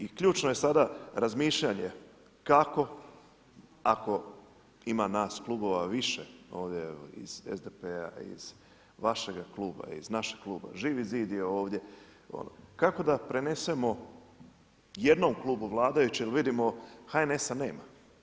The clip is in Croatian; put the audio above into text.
I ključno je sada razmišljanje kako ako ima nas klubova više, ovdje iz SDP-a, iz vašega kluba, iz našega kluba, Živi zid je ovdje, kako da prenesemo jednu klubu vladajućih jer vidimo HNS-a nema.